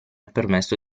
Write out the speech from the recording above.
permesso